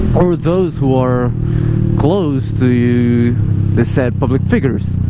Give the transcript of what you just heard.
or those who are close to you the said public figures